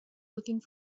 looking